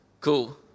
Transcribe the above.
Cool